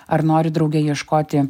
ar nori drauge ieškoti